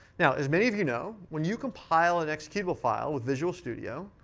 now, as many of you know, when you compile an executable file with visual studio,